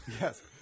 Yes